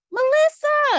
Melissa